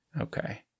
Okay